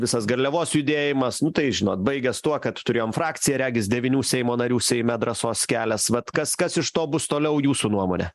visas garliavos judėjimas nu tai žinot baigės tuo kad turėjom frakciją regis devynių seimo narių seime drąsos kelias vat kas kas iš to bus toliau jūsų nuomone